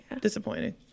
Disappointing